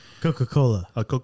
Coca-Cola